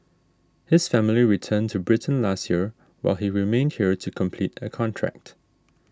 his family returned to Britain last year while he remained here to complete a contract